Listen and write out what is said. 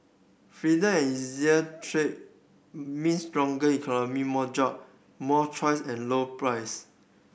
and easier trade means stronger economy more job more choice and lower price